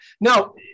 No